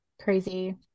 crazy